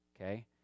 okay